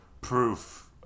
proof